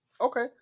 Okay